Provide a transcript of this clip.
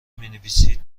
مینویسید